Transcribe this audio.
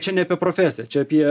čia ne apie profesiją čia apie